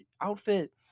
outfit